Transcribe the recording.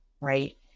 right